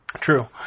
True